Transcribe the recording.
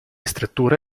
strutture